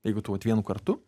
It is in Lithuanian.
jeigu tu vat vienu kartu